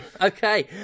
okay